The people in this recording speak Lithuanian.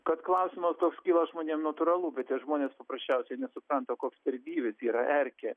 kad klausimas toks kyla žmonėm natūralu bet tie žmonės paprasčiausiai nesupranta koks per gyvis yra erkė